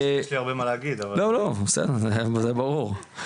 יש לי הרבה מה להגיד, אבל לא, בסדר, זה ברור.